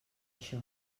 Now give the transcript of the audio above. això